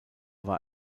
war